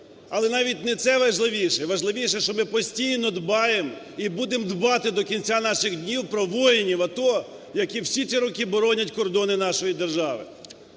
Але навіть не це важливіше. Важливіше, що ми постійно дбаємо і будемо дбати до кінця наших днів про воїнів АТО, які всі ці роки боронять кордони нашої держави.